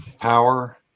power